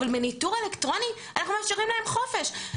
אבל בניטור אלקטרוני אנחנו מאפשרים להם חופש.